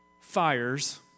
fires